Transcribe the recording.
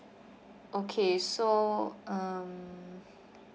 okay so um